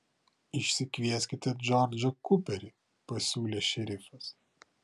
išsikvieskite džordžą kuperį pasiūlė šerifas